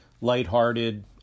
lighthearted